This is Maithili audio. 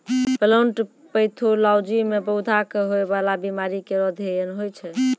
प्लांट पैथोलॉजी म पौधा क होय वाला बीमारी केरो अध्ययन होय छै